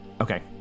okay